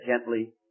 gently